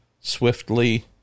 swiftly